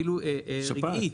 אפילו רגעית.